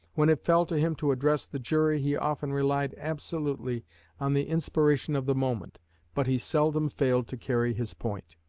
when it fell to him to address the jury he often relied absolutely on the inspiration of the moment but he seldom failed to carry his point.